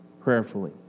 Prayerfully